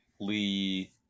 Lee